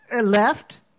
left